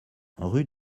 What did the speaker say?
rue